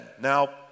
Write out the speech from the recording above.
Now